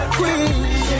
queen